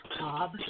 Bob